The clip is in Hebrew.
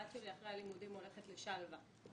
הבת שלי אחרי הלימודים הולכת לשלווה.